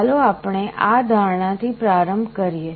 ચાલો આપણે આ ધારણાથી પ્રારંભ કરીએ